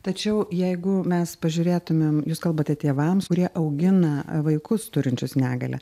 tačiau jeigu mes pažiūrėtumėm jūs kalbate tėvams kurie augina vaikus turinčius negalią